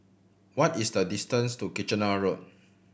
what is the distance to Kitchener Road